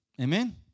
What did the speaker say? Amen